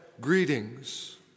Greetings